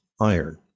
iron